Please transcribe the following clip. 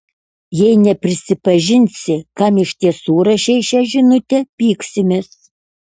jei neprisipažinsi kam iš tiesų rašei šią žinutę pyksimės